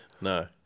No